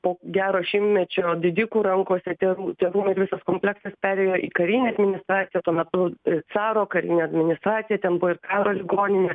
po gero šimtmečio didikų rankose tie rū tie rūmai ir visas kompleksas perėjo į karinę administraciją tuo metu caro karinė administracija ten buvo ir karo ligoninė